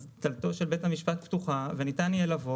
אז דלתו של בית המשפט פתוח וניתן יהיה לבוא